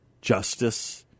justice